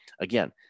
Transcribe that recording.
Again